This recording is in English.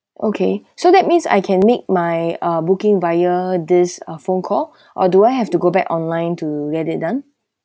okay so that means I can make my uh booking via this uh phone call or do I have to go back online to get it done